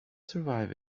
survive